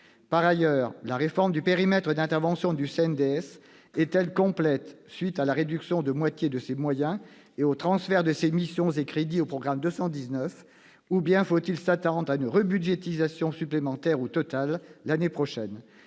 Par ailleurs, la réforme du périmètre d'intervention du CNDS est-elle complète, à la suite de la réduction de moitié de ses moyens et du transfert de ses missions et crédits au programme 219, ou bien faut-il s'attendre à une rebudgétisation supplémentaire ou totale l'année prochaine ?